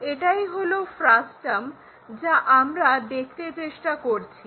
এটাই হলো ফ্রাস্টাম যা আমরা দেখতে চেষ্টা করছি